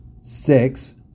six